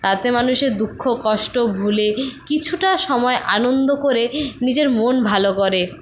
তাতে মানুষের দুঃখ কষ্ট ভুলে কিছুটা সময় আনন্দ করে নিজের মন ভালো করে